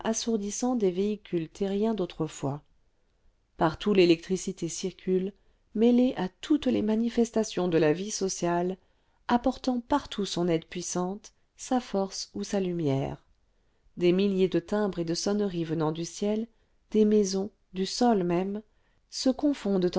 assourdissant des véhicules terriens d'autrefois partout l'électricité circule mêlée à toutes les manifestations de la vie sociale apportant partout son aide puissante sa force ou sa lumière des milliers de timbres et de sonneries venant du ciel des maisons du sol même se confondent en